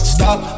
Stop